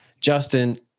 Justin